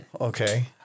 Okay